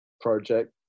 project